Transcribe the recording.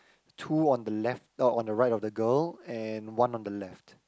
two on the left oh on the right of the girl and one on the left